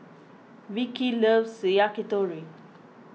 Vikki loves Yakitori